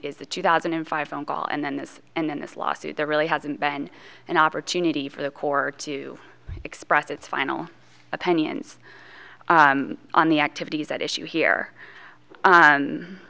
the two thousand and five phone call and then this and this lawsuit there really hasn't been an opportunity for the court to express its final opinions on the activities at issue here